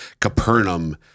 Capernaum